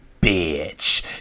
bitch